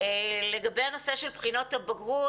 לגבי הנושא של בחינות הבגרות,